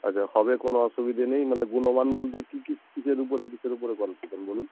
আচ্ছা হবে কোনো অসুবিদে নেই মানে গুণমান বলতে কী কী কিসের উপরে কিসের উপরে করাতে চান বলুন